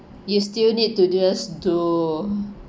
you still need to just do